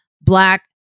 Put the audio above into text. black